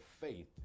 faith